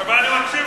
אבל אני מקשיב לך.